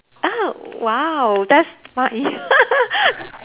oh !wow! that's